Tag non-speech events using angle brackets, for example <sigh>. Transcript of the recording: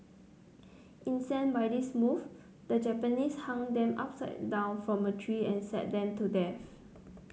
incensed by this move the Japanese hung them upside down from a tree and <unintelligible> them to death